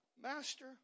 Master